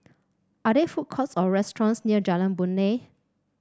are there food courts or restaurants near Jalan Boon Lay